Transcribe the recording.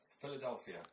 Philadelphia